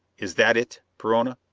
is that it, perona?